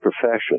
profession